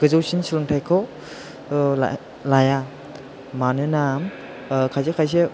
गोजौसिन सोलोंथाइखौ लाया मानोना खायसे खायसे